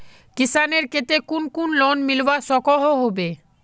किसानेर केते कुन कुन लोन मिलवा सकोहो होबे?